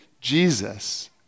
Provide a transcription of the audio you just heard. Jesus